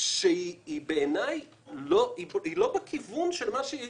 שהיא לא בכיוון של מה שהיא